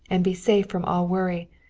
and be safe from all worry,